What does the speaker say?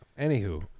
Anywho